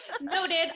noted